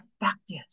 affected